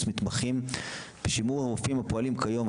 מתמחים ושימור הרופאים הפועלים כיום,